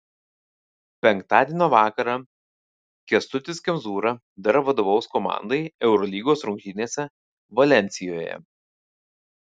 penktadienio vakarą kęstutis kemzūra dar vadovaus komandai eurolygos rungtynėse valensijoje